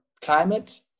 climate